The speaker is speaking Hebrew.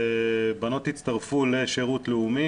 שבנות יצטרפו לשירות לאומי,